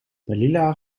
dailila